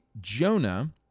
Jonah